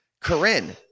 corinne